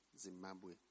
Zimbabwe